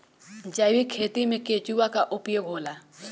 जैविक खेती मे केचुआ का उपयोग होला?